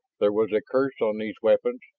there was a curse on these weapons,